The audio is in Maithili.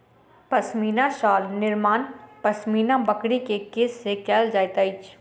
पश्मीना शाल निर्माण पश्मीना बकरी के केश से कयल जाइत अछि